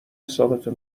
حسابتو